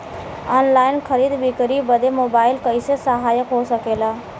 Online खरीद बिक्री बदे मोबाइल कइसे सहायक हो सकेला?